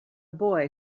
boy